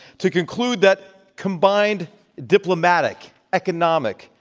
to conclude that combined diplomatic, economic,